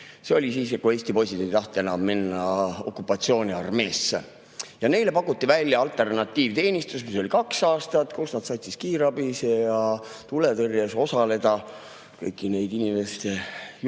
See oli siis, kui Eesti poisid ei tahtnud enam minna okupatsiooniarmeesse ja neile pakuti välja alternatiivteenistus, mis oli kaks aastat ja kus nad said siis kiirabis ja tuletõrjes osaleda, kõiki neid inimeste